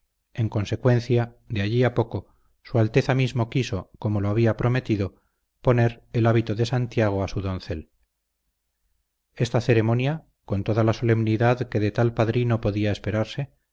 en consecuencia de allí a poco su alteza mismo quiso como lo había prometido poner el hábito de santiago a su doncel esta ceremonia con toda la solemnidad que de tal padrino podía esperarse